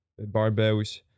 barbells